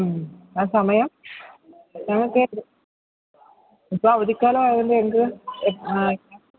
ഉം ആ സമയം ഞങ്ങൾക്ക് ഇപ്പം അവധിക്കാലം ആയതുകൊണ്ട് ഞങ്ങൾക്ക്